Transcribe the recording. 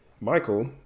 Michael